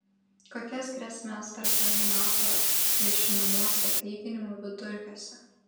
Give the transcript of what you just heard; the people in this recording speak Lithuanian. kokias grėsmes darbdaviai mato viešinamuose atlyginimų vidurkiuose